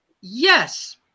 yes